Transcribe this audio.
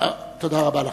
תודה רבה לכם.